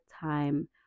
time